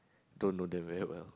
don't know them very well